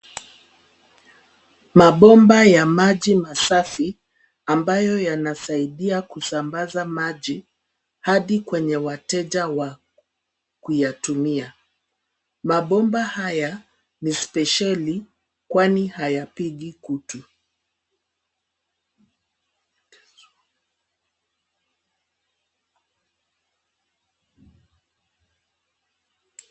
Mabomba ya maji masafi ambayo yanasaidia kusambaza maji adi kwenye wateja wa kuyatumia. Mabomba haya ni spesheli kwani hayapigi kutu.